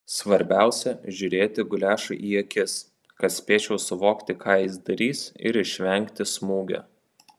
svarbiausia žiūrėti guliašui į akis kad spėčiau suvokti ką jis darys ir išvengti smūgio